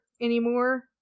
anymore